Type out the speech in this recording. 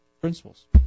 principles